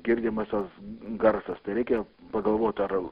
girdimas tas garsas tai reikia pagalvot ar